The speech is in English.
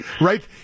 Right